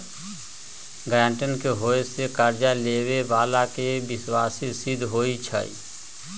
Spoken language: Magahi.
गरांटर के होय से कर्जा लेबेय बला के विश्वासी सिद्ध होई छै